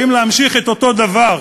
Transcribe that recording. האם להמשיך את אותו דבר